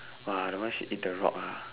!wah! that one she in the rock ah